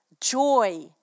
joy